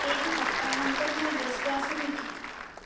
এইটো সপ্তাহান্তত মই ব্যস্ত আছোঁ নেকি